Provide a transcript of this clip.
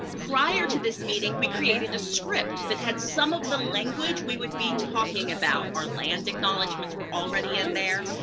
prior to this meeting, we created a script that had some of the language we would be talking about. our land acknowledgments were already in there.